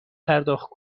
پرداخت